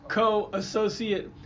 co-associate